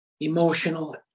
emotional